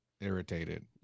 irritated